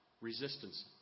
resistance